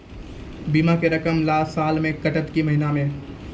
बीमा के रकम साल मे कटत कि महीना मे?